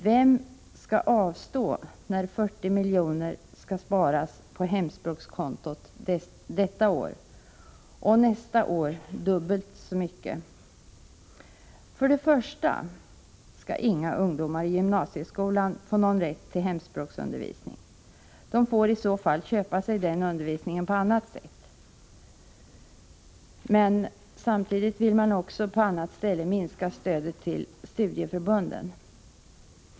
Vem skall avstå, när 40 miljoner skall sparas på hemspråkskontot detta år och nästa år dubbelt så mycket? Först och främst skall inga ungdomar i gymnasieskolan få någon rätt till hemspråksundervisning. De får i så fall köpa sig den undervisningen på annat sätt. Men samtidigt vill moderaterna också minska stödet till studieförbunden.